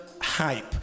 hype